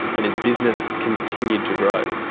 and his business continued to grow.